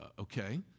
Okay